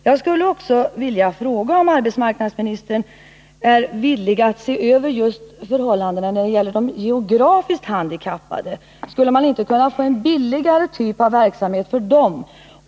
Jag vill också fråga om arbetsmarknadsministern är villig att se över förhållandena för just de geografiskt handikappade. Skulle man inte kunna få en billigare verksamhet för dessa?